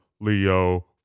Leo